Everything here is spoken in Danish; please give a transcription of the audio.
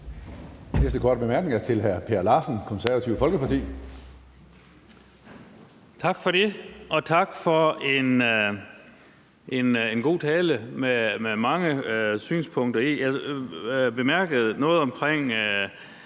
Næste korte bemærkning er til hr. Per Larsen, Det Konservative Folkeparti. Kl. 14:51 Per Larsen (KF): Tak for det, og tak for en god tale med mange synspunkter. Jeg bemærkede noget om